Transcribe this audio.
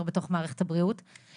בתוך מערכת הבריאות במיוחד ברפואת נשים.